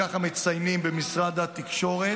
ככה מציינים במשרד התקשורת,